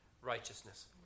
righteousness